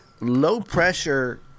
low-pressure